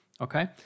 okay